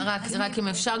אם אפשר,